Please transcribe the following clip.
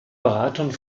beratung